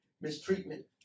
mistreatment